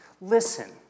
Listen